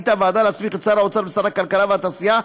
החליטה הוועדה להסמיך את שר האוצר ושר הכלכלה והתעשייה,